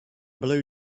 blue